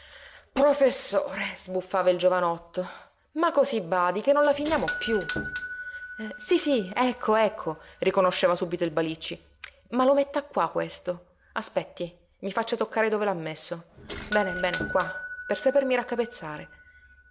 professore sbuffava il giovanotto ma cosí badi che non la finiamo piú sí sí ecco ecco riconosceva subito il balicci ma lo metta qua questo aspetti mi faccia toccare dove l'ha messo bene bene qua per sapermi raccapezzare